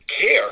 care